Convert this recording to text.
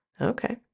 okay